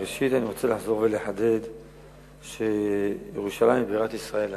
ראשית אני רוצה לחזור ולחדד שירושלים היא בירת ישראל לנצח.